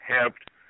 helped